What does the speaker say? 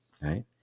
right